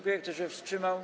Kto się wstrzymał?